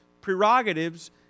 prerogatives